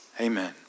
amen